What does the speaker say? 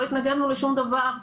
לא התנגדנו לשום דבר.